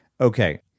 Okay